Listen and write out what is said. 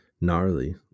gnarly